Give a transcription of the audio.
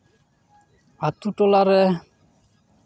ᱟᱛᱳ ᱴᱚᱞᱟ ᱨᱮ